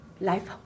Life